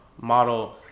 model